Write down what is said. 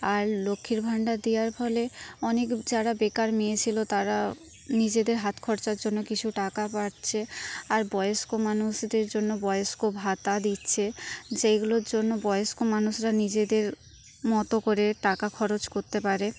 আর লক্ষ্মীর ভাণ্ডার দেওয়ার ফলে অনেক যারা বেকার মেয়ে ছিল তারা নিজেদের হাত খরচার জন্য কিছু টাকা পাচ্ছে আর বয়স্ক মানুষদের জন্য বয়স্ক ভাতা দিচ্ছে যেগুলোর জন্য বয়স্ক মানুষেরা নিজেদের মতো করে টাকা খরচ করতে পারে